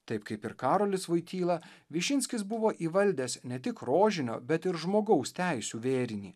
taip kaip ir karolis voityla višinskis buvo įvaldęs ne tik rožinio bet ir žmogaus teisių vėrinį